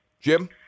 Jim